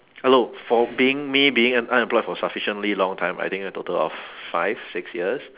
hello for being me being unemployed for sufficiently long time I think a total of five six years